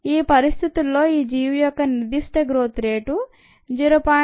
ఈ పరిస్థితుల్లో ఈ జీవి యొక్క నిర్ధిష్ట గ్రోత్ రేటు 0